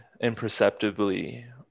imperceptibly